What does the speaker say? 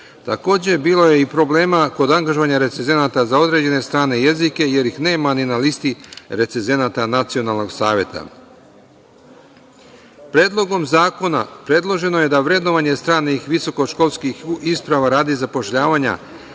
bilo je i problema kod angažovanja recezenata za određene strane jezike, jer ih nema ni na listi recezenata nacionalnog saveta. Predlogom zakona predloženo je da vrednovanje stranih visokoškolskih isprava radi zapošljavanja